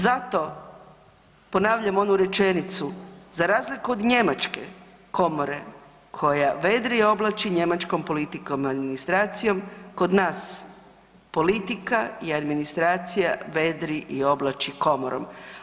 Zato, ponavljam onu rečenicu, za razliku od njemačke komore koja vedri i oblači njemačkom politikom i administracijom, kod nas politika i administracija vedri i oblači komorom.